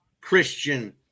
Christian